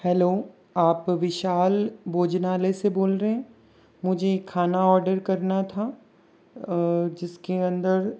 hello आप विशाल भोजनालय से बोल रहे है मुझे खाना ऑर्डर करना था जिसके अंदर